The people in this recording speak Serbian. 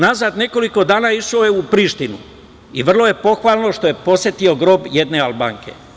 Unazad nekoliko dana išao je u Prištinu i vrlo je pohvalno što je posetio grob jedne Albanke.